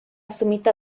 sommità